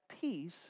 peace